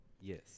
yes